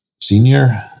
senior